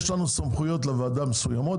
יש לנו סמכויות מסוימות לוועדה,